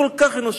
הכל-כך אנושי,